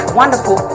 wonderful